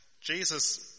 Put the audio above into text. Jesus